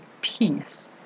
peace